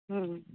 ம்